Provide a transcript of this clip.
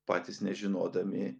patys nežinodami